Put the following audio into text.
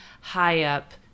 high-up